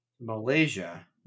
malaysia